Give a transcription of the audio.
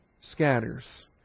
scatters